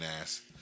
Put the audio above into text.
ass